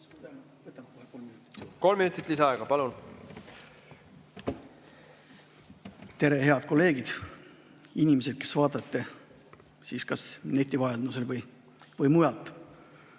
Kolm minutit lisaaega, palun! Tere, head kolleegid! Inimesed, kes vaatate kas neti vahendusel või mujalt!